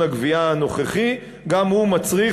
שמנגנון הגבייה הנוכחי גם הוא מצריך,